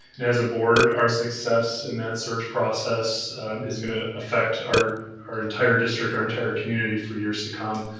and, as a board, our success in that search process is gonna affect our our entire district, our entire community for years to come.